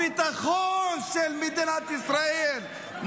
הביטחון של מדינת ישראל,